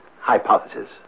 hypothesis